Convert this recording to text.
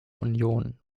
union